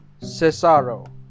cesaro